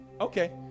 Okay